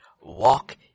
walk